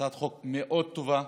הצעת חוק מאוד טובה.